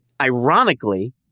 Ironically